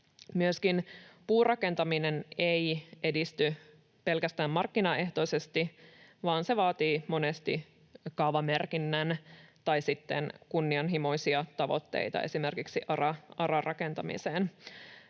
Myöskään puurakentaminen ei edisty pelkästään markkinaehtoisesti, vaan se vaatii monesti kaavamerkinnän tai sitten kunnianhimoisia tavoitteita esimerkiksi ARA-rakentamiseen.